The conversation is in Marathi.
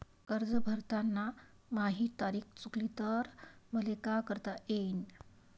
कर्ज भरताना माही तारीख चुकली तर मले का करता येईन?